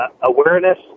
awareness